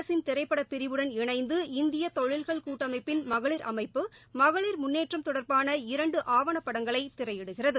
அரசின் திரைப்படப் பிரிவுடன் இணைந்து இந்திய தொழில்கள் கூட்டமைப்பின் மகளிர் அமைப்பு மகளிர் முன்னேற்றம் தொடர்பான இரண்டு ஆவணப்படங்களை திரையிடுகிறது